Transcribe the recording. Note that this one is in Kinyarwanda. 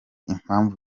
impamvu